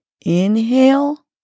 Inhale